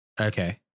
Okay